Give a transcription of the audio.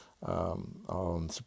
on